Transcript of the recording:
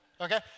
okay